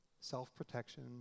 self-protection